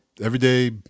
everyday